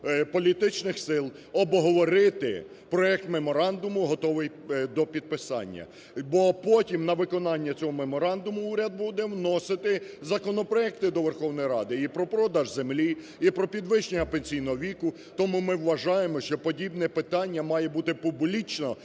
політичних сил обговорити проект меморандуму, готовий до підписання. Бо потім на виконання цього меморандуму уряд буде вносити законопроекти до Верховної Ради і про продаж землі, і про підвищення пенсійного віку. Тому ми вважаємо, що подібне питання має бути публічно